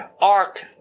ark